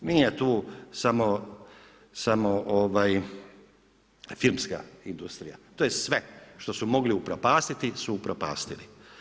Nije tu samo filmska industrija, to je sve što su mogli upropastiti su upropastili.